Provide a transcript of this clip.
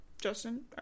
Justin